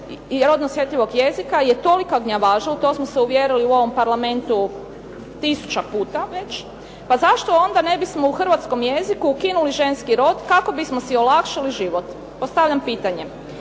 rodno osjetljivog jezika je tolika gnjavaža u to smo se uvjerili u ovom Parlamentu tisuća puta već, pa zašto onda ne bismo u hrvatskom jeziku ukinuli ženski rod kako bismo si olakšali život? Postavljam pitanje.